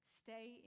stay